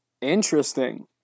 Interesting